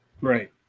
Right